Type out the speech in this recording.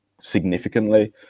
significantly